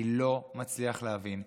אני לא מצליח להבין,